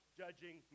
judging